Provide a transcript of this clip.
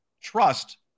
trust